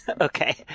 okay